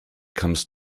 comes